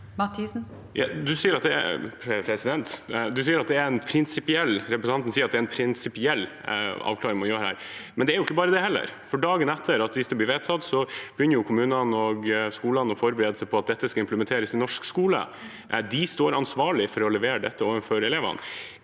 sier at det er en prinsipiell avklaring man gjør her, men det er ikke bare det heller, for dagen etter at det eventuelt blir vedtatt, begynner jo kommunene og skolene å forberede seg på at dette skal implementeres i norsk skole, og står ansvarlig for å levere dette overfor elevene.